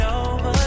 over